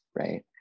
right